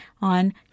on